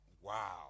wow